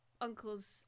uncle's